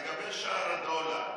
לגבי שער הדולר,